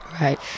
Right